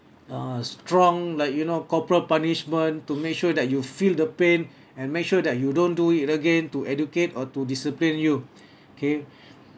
uh strong like you know corporal punishment to make sure that you feel the pain and make sure that you don't do it again to educate or to discipline you kay